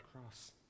cross